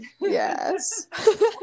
Yes